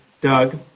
Doug